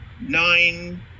nine